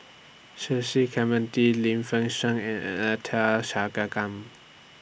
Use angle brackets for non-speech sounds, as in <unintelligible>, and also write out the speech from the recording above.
Cecil Clementi Lim Fei Shen and <unintelligible>